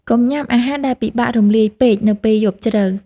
កុំញ៉ាំអាហារដែលពិបាករំលាយពេកនៅពេលយប់ជ្រៅ។